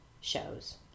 shows